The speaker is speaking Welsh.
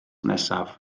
nesaf